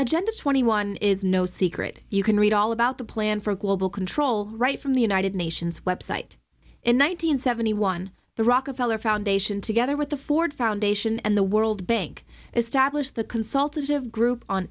twenty one is no secret you can read all about the plan for global control right from the united nations website in one nine hundred seventy one the rockefeller foundation together with the ford foundation and the world bank established the consultative group on